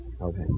Okay